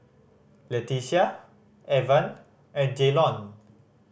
Letitia Evan and Jaylon